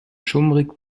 schummrig